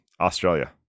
Australia